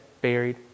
buried